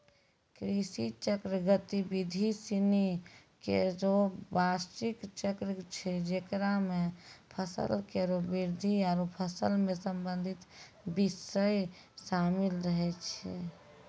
कृषि चक्र गतिविधि सिनी केरो बार्षिक चक्र छै जेकरा म फसल केरो वृद्धि आरु फसल सें संबंधित बिषय शामिल रहै छै